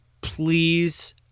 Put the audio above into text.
please